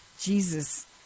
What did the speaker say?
Jesus